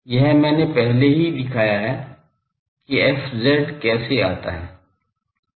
यह मैंने पहले ही दिखाया है कि fz कैसे आता है